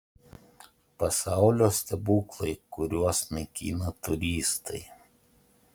pasaulio stebuklai kuriuos naikina turistai